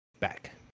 Back